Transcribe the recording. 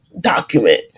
document